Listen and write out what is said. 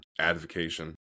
advocation